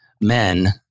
men